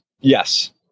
Yes